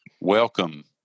Welcome